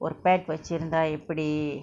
ஒரு:oru pet வச்சிருந்தா எப்புடி:vachiruntha eppudi